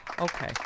Okay